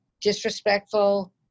disrespectful